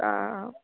তা